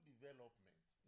development